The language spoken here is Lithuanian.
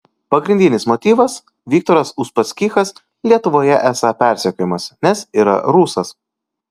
pagrindinis motyvas viktoras uspaskichas lietuvoje esą persekiojamas nes yra rusas